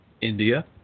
India